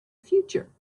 future